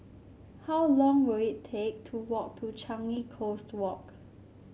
how long will it take to walk to Changi Coast Walk